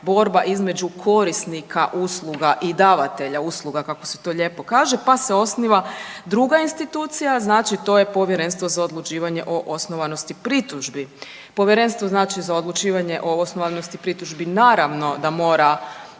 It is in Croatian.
borba između korisnika usluga i davatelja usluga kako se to lijepo kaže, pa se osniva druga institucija, znači to je Povjerenstvo za odlučivanje o osnovanosti pritužbi. Povjerenstvo znači za odlučivanje o osnovanosti pritužbi naravno da mora,